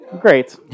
Great